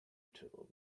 tool